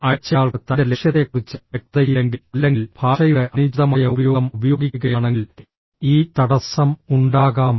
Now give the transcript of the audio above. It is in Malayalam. അയച്ചയാൾക്ക് തന്റെ ലക്ഷ്യത്തെക്കുറിച്ച് വ്യക്തതയില്ലെങ്കിൽ അല്ലെങ്കിൽ ഭാഷയുടെ അനുചിതമായ ഉപയോഗം ഉപയോഗിക്കുകയാണെങ്കിൽ ഈ തടസ്സം ഉണ്ടാകാം